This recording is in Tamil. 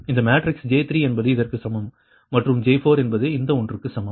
இந்த மேட்ரிக்ஸ் J3 என்பது இதற்குச் சமம் மற்றும் J4 என்பது இந்த ஒன்றுக்கு சமம்